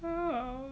so